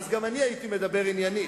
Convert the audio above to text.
ואז גם אני הייתי מדבר עניינית,